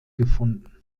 gefunden